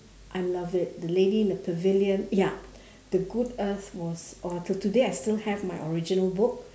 I love it the lady in the pavilion ya the good earth was or till today I still have my original book